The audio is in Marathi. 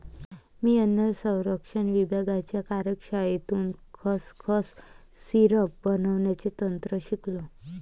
मी अन्न संरक्षण विभागाच्या कार्यशाळेतून खसखस सिरप बनवण्याचे तंत्र शिकलो